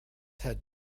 had